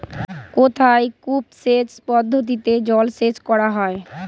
কোথায় কূপ সেচ পদ্ধতিতে জলসেচ করা হয়?